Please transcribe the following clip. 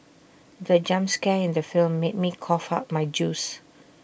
the jump scare in the film made me cough out my juice